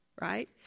Right